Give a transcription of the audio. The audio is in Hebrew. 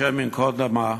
השם ייקום דמה,